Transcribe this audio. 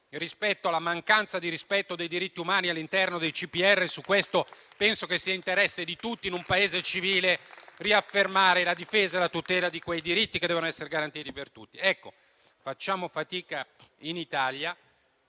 linea sulla mancanza di rispetto dei diritti umani all'interno dei CPR. Su questo penso che sia interesse di tutti, in un Paese civile, riaffermare la difesa, la tutela di quei diritti che devono essere garantiti per tutti. Visto che facciamo fatica in Italia,